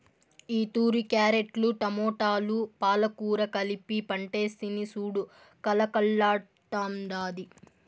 ఈతూరి క్యారెట్లు, టమోటాలు, పాలకూర కలిపి పంటేస్తిని సూడు కలకల్లాడ్తాండాది